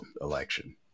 election